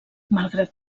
malgrat